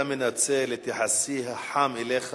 אתה מנצל את יחסי החם אליך